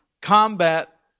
combat